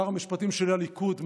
שר המשפטים של הליכוד,